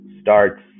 starts